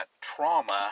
trauma